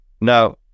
Now